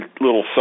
little